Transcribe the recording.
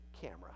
Camera